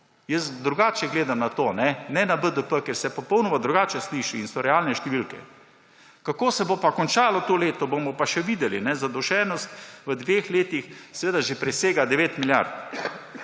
Jaz drugače gledam na to, ne na BDP, ker se popolnoma drugače sliši in so realne številke. Kako se bo končalo to leto, bomo pa še videli. Zadolženost v dveh letih že presega 9 milijard.